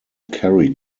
kerry